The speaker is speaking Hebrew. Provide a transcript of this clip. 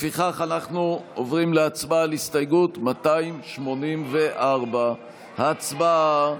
לפיכך אנחנו עוברים להצבעה על הסתייגות 284. הצבעה.